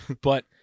but-